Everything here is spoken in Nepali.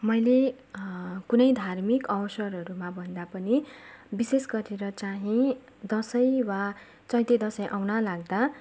मैले कुनै धार्मिक अवसरहरूमा भन्दा पनि विशेष गरेर चाँहि दसैँ वा चैते दसैँ आउन लाग्दा